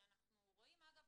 שאנחנו רואים אגב,